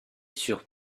sur